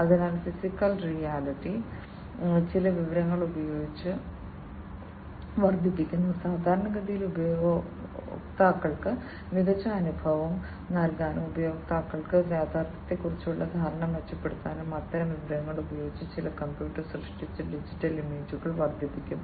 അതിനാൽ physical reality ചില വിവരങ്ങൾ ഉപയോഗിച്ച് വർധിപ്പിക്കുന്നു സാധാരണഗതിയിൽ ഉപയോക്താക്കൾക്ക് മികച്ച അനുഭവം നൽകാനും ഉപയോക്താക്കൾക്ക് യാഥാർത്ഥ്യത്തെക്കുറിച്ചുള്ള ധാരണ മെച്ചപ്പെടുത്താനും അത്തരം വിവരങ്ങൾ ഉപയോഗിച്ച് ചില കമ്പ്യൂട്ടർ സൃഷ്ടിച്ച ഡിജിറ്റൽ ഇമേജുകൾ വർദ്ധിപ്പിക്കും